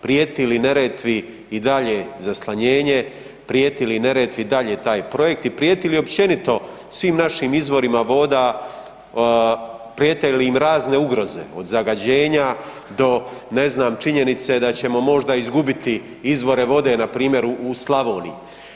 Prijeti li Neretvi i dalje zaslanjenje, prijeti li Neretvi i dalje taj projekt i prijeti li općenito svim našim izvorima voda, prijete li im razne ugroze, od zagađenja do, ne znam, činjenice da ćemo možda izgubiti izvore vode, npr. u Slavoniji?